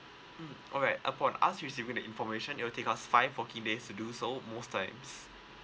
mm alright upon us receiving the information it'll take us five working days to do so most times